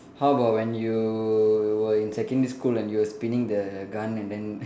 how about when you were in secondary school and you were spinning the gun and then